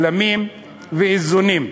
בלמים ואיזונים.